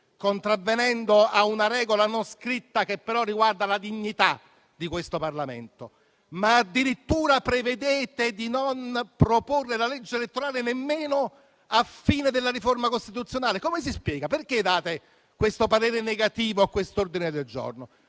contravvenendo a una regola non scritta, che però riguarda la dignità di questo Parlamento, ma addirittura prevedete di non proporre la legge elettorale nemmeno a fine della riforma costituzionale? Come si spiega? Perché esprimete parere negativo su questo ordine del giorno?